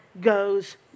goes